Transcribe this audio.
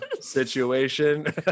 situation